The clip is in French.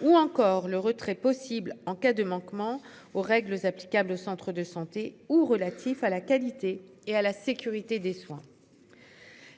ou encore le retrait possible en cas de manquement aux règles applicables, centres de santé ou relatifs à la qualité et à la sécurité des soins.